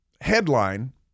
Headline